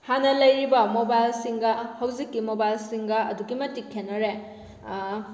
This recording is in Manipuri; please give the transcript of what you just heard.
ꯍꯥꯟꯅ ꯂꯩꯔꯤꯕ ꯃꯣꯕꯥꯏꯜꯁꯤꯡꯒ ꯍꯧꯖꯤꯛꯀꯤ ꯃꯣꯕꯥꯏꯜꯁꯤꯡꯒ ꯑꯗꯨꯛꯀꯤ ꯃꯇꯤꯛ ꯈꯦꯠꯅꯔꯦ